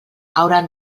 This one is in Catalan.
hauran